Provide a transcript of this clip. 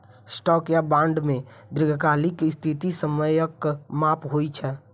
stock या bond मे दीर्घकालिक स्थिति समयक माप होइ छै